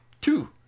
Two